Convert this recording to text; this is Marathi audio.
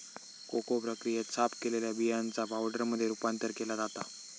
कोको प्रक्रियेत, साफ केलेल्या बियांचा पावडरमध्ये रूपांतर केला जाता